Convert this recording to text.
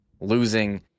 losing